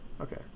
okay